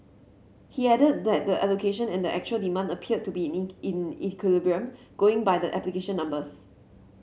he added that the allocation and the actual demand appeared to be in equilibrium going by the application numbers